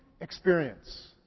experience